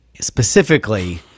specifically